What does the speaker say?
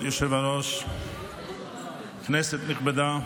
כבוד היושב-ראש, כנסת נכבדה,